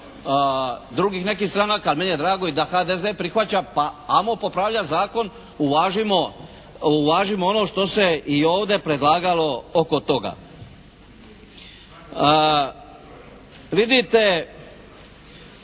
drugih nekih stranaka. Meni je drago i da HDZ prihvaća pa ajmo popravljati zakon, uvažimo ono što se i ovdje predlagalo oko toga. Vidite,